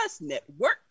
network